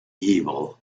evil